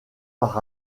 par